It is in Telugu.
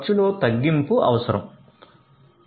ఖర్చులో తగ్గింపు అవసరం